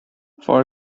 for